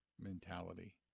mentality